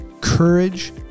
courage